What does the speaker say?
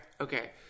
okay